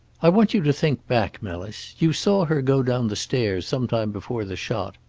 i want you to think back, melis. you saw her go down the stairs, sometime before the shot.